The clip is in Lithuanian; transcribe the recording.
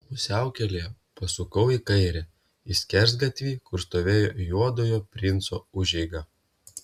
pusiaukelėje pasukau į kairę į skersgatvį kur stovėjo juodojo princo užeiga